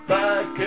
back